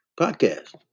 podcast